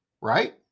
right